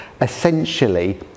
essentially